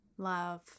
Love